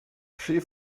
she